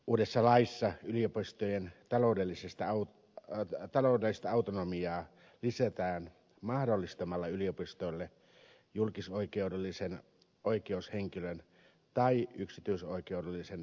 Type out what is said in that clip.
uudessa laissa yliopistojen taloudellista autonomiaa lisätään mahdollistamalla yliopistoille julkisoikeudellisen oikeushenkilön tai yksityisoikeudellisen säätiön asema